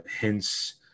hence